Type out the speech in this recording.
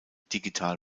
digital